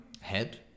head